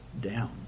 down